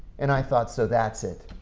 and i thought, so, that's it.